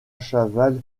chaval